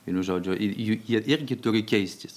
vienu žodžiu ir juk jie irgi turi keistis